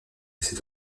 cette